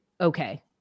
okay